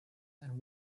and